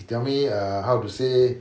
he tell me err how to say